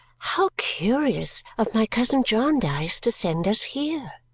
how curious of my cousin jarndyce to send us here!